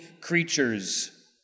creatures